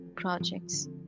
projects